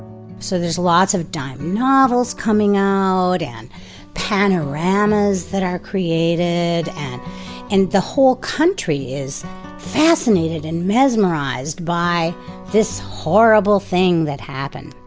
so there's lots of dime novels coming out, and panoramas that are created. and and the whole country is fascinated and mesmerized by this horrible thing that happened.